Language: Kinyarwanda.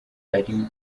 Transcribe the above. ari